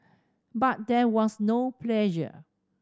but there was no pressure